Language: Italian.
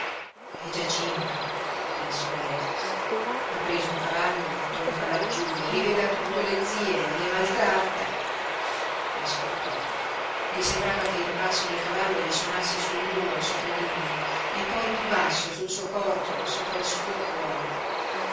è giacinto pensò efix ha preso un cavallo e torna laggiú e rivela tutto alle zie e le maltratta ascoltò gli sembrava che il passo del cavallo risuonasse sul muro sopra di lui e poi piú basso sul suo corpo sopra il suo cuore